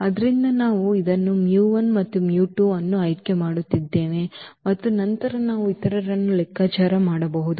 ಆದ್ದರಿಂದ ನಾವು ಇದನ್ನು ಮತ್ತು ಅನ್ನು ಆಯ್ಕೆ ಮಾಡಿದ್ದೇವೆ ಮತ್ತು ನಂತರ ನಾವು ಇತರರನ್ನು ಲೆಕ್ಕಾಚಾರ ಮಾಡಬಹುದು